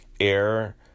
Air